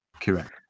Correct